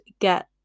get